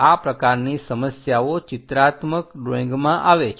આ પ્રકારની સમસ્યાઓ ચિત્રાત્મક ડ્રોઇંગમાં આવે છે